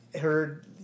heard